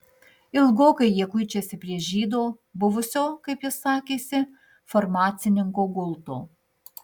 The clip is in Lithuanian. ilgokai jie kuičiasi prie žydo buvusio kaip jis sakėsi farmacininko gulto